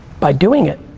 by doing it.